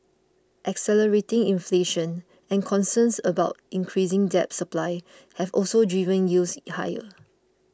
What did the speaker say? accelerating inflation and concerns about increasing debt supply have also driven yields higher